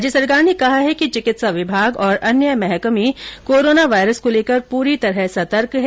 राज्य सरकार ने कहा है कि चिकित्सा विभाग और अन्य महकमे कोरोना वायरस को लेकर पूरी तरह सतर्क है